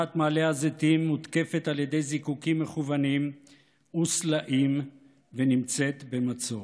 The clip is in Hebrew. שכונת מעלה הזיתים מותקפת על ידי זיקוקים מכוונים וסלעים ונמצאת במצור,